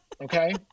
Okay